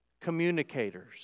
communicators